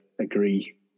agree